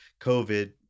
COVID